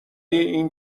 این